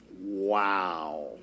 Wow